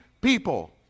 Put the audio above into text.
people